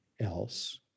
else